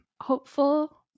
hopeful